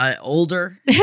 older